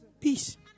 Peace